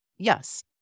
Yes